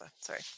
sorry